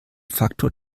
faktor